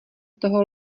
toho